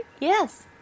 Yes